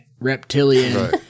Reptilian